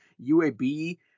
UAB